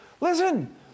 listen